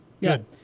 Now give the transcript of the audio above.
Good